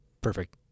perfect